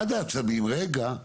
עד העצבים בואו